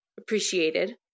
appreciated